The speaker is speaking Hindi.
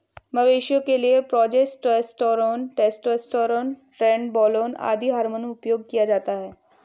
मवेशियों के लिए प्रोजेस्टेरोन, टेस्टोस्टेरोन, ट्रेनबोलोन आदि हार्मोन उपयोग किया जाता है